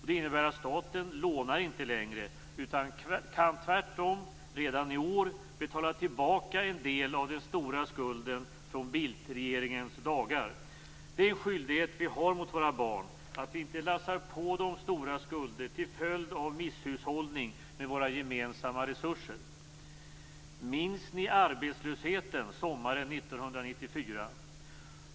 Det innebär att staten inte lånar längre utan kan tvärtom redan i år betala tillbaka en del av den stora skulden från Bildtregeringens dagar. Den skyldigheten har vi mot våra barn att vi inte lassar på dem stora skulder till följd av misshushållning med våra gemensamma resurser. Minns ni arbetslösheten sommaren 1994?